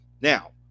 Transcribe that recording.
now